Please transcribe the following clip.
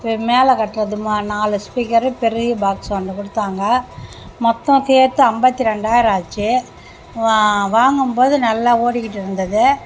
வே மேலே கட்டுறது மா நாலு ஸ்பீக்கரு பெரிய பாக்ஸ் ஒன்று கொடுத்தாங்க மொத்தம் சேர்த்து ஐம்பத்தி ரெண்டாயிரம் ஆச்சு வா வாங்கும்போது நல்லா ஓடிக்கிட்ருந்தது